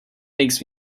makes